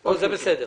בסדר.